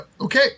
okay